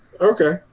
Okay